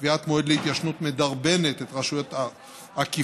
קביעת מועד להתיישנות מדרבנת את רשויות האכיפה